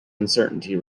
uncertainty